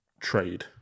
trade